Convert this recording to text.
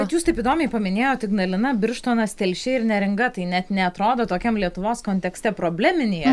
bet jūs taip įdomiai paminėjot ignalina birštonas telšiai ir neringa tai net neatrodo tokiam lietuvos kontekste probleminiai